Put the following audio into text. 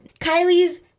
Kylie's